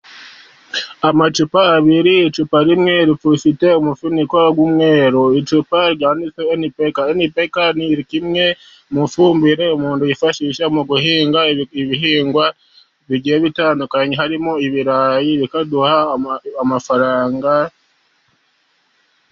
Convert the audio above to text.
Amacupa abiri icupa rimwe rifite umufuniko w'umweru, icupa ryanditseho enipeka, enipeka ni kimwe mu ifumbire umuntu yifashisha mu guhinga ibihingwa bigiye bitandukanye, harimo ibirayi bikaduha amafaranga.